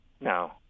No